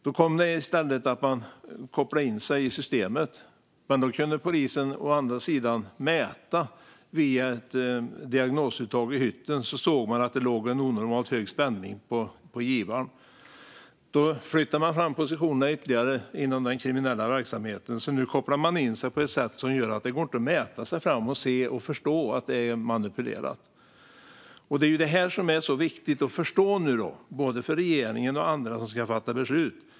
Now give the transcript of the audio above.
Då kopplade man i stället in sig i systemet. Men då kunde polisen å andra sidan mäta. Via ett diagnosuttag i hytten såg de att det låg en onormalt hög spänning på givaren. Då flyttade man fram positionerna ytterligare inom den kriminella verksamheten. Nu kopplar man in sig på ett sätt som gör att det inte går att mäta sig fram och se och förstå att det är manipulerat. Det är detta som är så viktigt att förstå både för regeringen och för andra som ska fatta beslut.